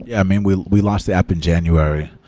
yeah mean, we we launched the app in january.